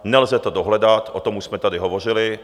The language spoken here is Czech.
Nelze to dohledat, o tom už jsme tady hovořili.